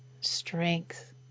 strength